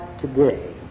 today